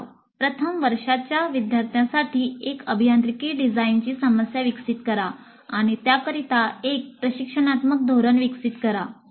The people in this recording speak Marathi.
सराव १ प्रथम वर्षाच्या विद्यार्थ्यांसाठी एक अभियांत्रिकी डिझाइनची समस्या विकसित करा आणि त्याकरिता एक प्रशिक्षणात्मक धोरण विकसित करा